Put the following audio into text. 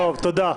תודה.